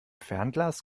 fernglas